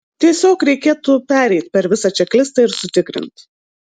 tiesiog reikėtų pereit per visą čeklistą ir sutikrint